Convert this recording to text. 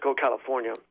California